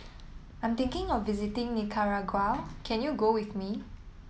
I'm thinking of visiting Nicaragua can you go with me